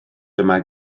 dyma